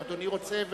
מה שאתם רוצים.